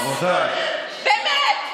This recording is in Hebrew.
באמת.